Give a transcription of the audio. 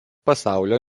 pasaulio